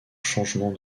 changement